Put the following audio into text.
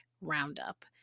Roundup